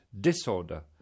disorder